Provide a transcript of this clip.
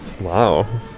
Wow